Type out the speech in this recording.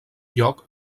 lloc